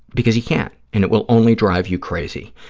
because you can't, and it will only drive you crazy.